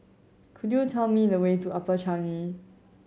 could you tell me the way to Upper Changi